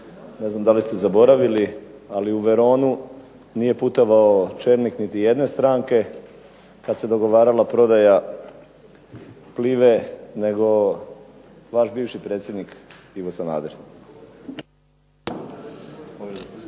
ne znam da li ste zaboravili ali u Veronu nije putovao čelnik niti jedne stranke kad se dogovarala prodaja Plive nego vaš bivši predsjednik Ivo Sanader.